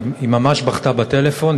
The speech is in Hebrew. היא ממש בכתה בטלפון,